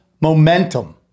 momentum